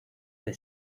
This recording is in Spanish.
the